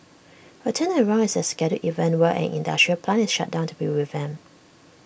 A turnaround is A scheduled event where an industrial plant is shut down to be revamped